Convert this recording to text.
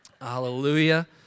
Hallelujah